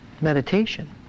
meditation